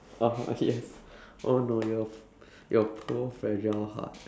oh okay yes oh no your your poor fragile heart